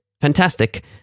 fantastic